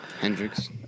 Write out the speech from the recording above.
Hendrix